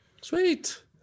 sweet